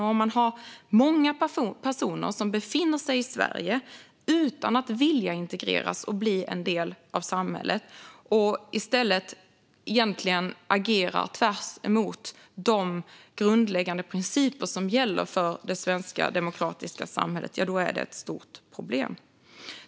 Om man har många personer som befinner sig i Sverige utan att vilja integreras och bli en del av samhället och i stället egentligen agerar tvärtemot de grundläggande principer som gäller för det svenska demokratiska samhället är det ett stort problem.